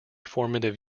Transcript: formative